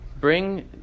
bring